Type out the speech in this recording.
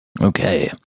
Okay